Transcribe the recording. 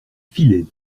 filets